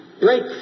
break